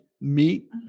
meet